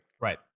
Right